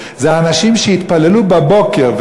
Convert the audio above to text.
וזה האנשים שהתפללו בבוקר.